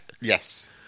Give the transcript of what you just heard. Yes